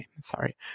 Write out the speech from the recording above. Sorry